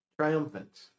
triumphant